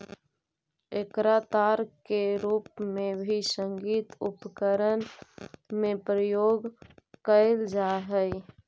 एकरा तार के रूप में भी संगीत उपकरण में प्रयोग कैल जा हई